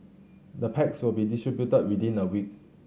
the packs will be distributed within a week